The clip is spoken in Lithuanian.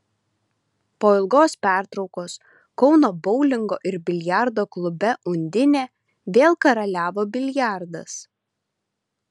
po ilgos pertraukos kauno boulingo ir biliardo klube undinė vėl karaliavo biliardas